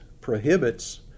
prohibits